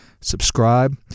Subscribe